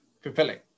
fulfilling